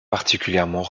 particulièrement